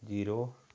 zero